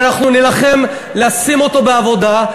ואנחנו נילחם לשים אותו בעבודה,